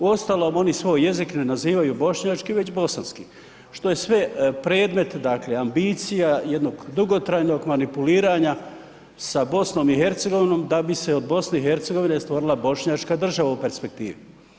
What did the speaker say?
Uostalom, oni svoj jezik ne nazivaju bošnjačkim već bosanski što je sve predmet dakle ambicija jednog dugotrajnog manipuliranja sa BiH-om da bi se od BiH-a stvorila bošnjačka država u perspektivi.